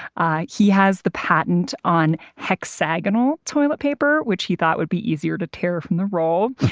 ah he has the patent on hexagonal toilet paper which he thought would be easier to tear from the roll.